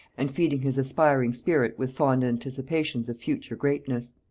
and feeding his aspiring spirit with fond anticipations of future greatness.